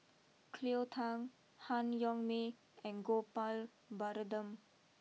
Cleo Thang Han Yong May and Gopal Baratham